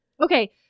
Okay